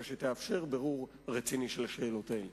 שתאפשר בירור רציני של השאלות האלה.